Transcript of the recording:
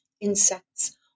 insects